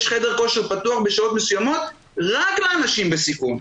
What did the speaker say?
יש חדר כושר פתוח בשעות מסוימות רק לאנשים בסיכון,